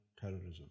terrorism